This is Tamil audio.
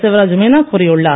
சிவராஜ் மீனா கூறியுள்ளார்